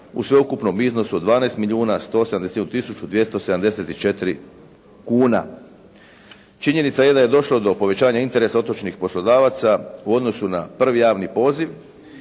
u sveukupnom iznosu od 12 milijuna 171 tisuću 274 kuna. Činjenica je da je došlo do povećanja interesa otočnih poslodavaca u odnosu na prvi javni poziv